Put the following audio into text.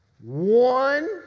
One